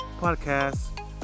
podcast